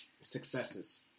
successes